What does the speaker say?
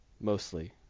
mostly